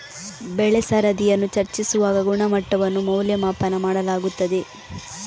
ಬೆಳೆ ಸರದಿಯನ್ನು ಚರ್ಚಿಸುವಾಗ ಗುಣಮಟ್ಟವನ್ನು ಮೌಲ್ಯಮಾಪನ ಮಾಡಲಾಗುತ್ತದೆ